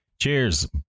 Cheers